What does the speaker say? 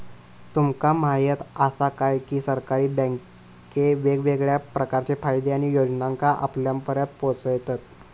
तुमका म्हायत आसा काय, की सरकारी बँके वेगवेगळ्या प्रकारचे फायदे आणि योजनांका आपल्यापर्यात पोचयतत